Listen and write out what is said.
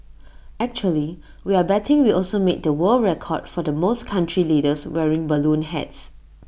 actually we're betting we also made the world record for the most country leaders wearing balloon hats